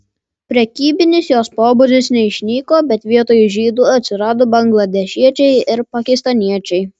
prekybinis jos pobūdis neišnyko bet vietoj žydų atsirado bangladešiečiai ir pakistaniečiai